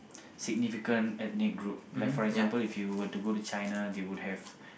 significant ethnic group like for example if you would to go to China they would have